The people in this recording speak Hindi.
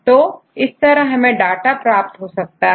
तो इस तरह हमें डाटा प्राप्त हो सकता है